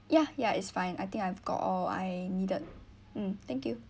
ya ya it's fine I think I've got all I needed mm thank you